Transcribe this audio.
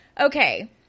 Okay